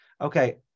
Okay